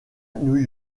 new